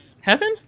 Heaven